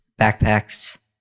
backpacks